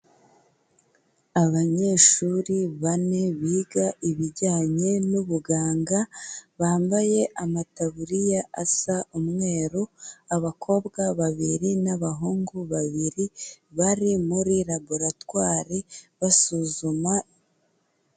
Abanyeshuri bane biga ibijyanye n'ubuganga, bambaye amataburiya asa umweru, abakobwa babiri n'abahungu babiri, bari muri raboratwari basuzuma.